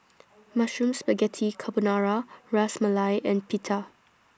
Mushroom Spaghetti Carbonara Ras Malai and Pita